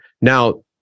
Now